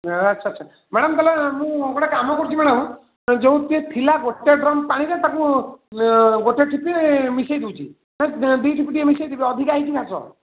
ଆଚ୍ଛା ଆଚ୍ଛା ମ୍ୟାଡ଼ାମ୍ ତାହେଲେ ମୁଁ ଗୋଟିଏ କାମ କରୁଛି ମ୍ୟାଡ଼ାମ୍ ଯେଉଁ ଟିକିଏ ଥିଲା ଗୋଟିଏ ଡ୍ରମ୍ ପାଣିରେ ତାକୁ ଗୋଟିଏ ଠିପି ମିଶେଇ ଦେଉଛି ନା ଦୁଇ ଠିପି ଟିକିଏ ମିଶେଇ ଦେବି ଅଧିକା ହେଇଛି ଘାସ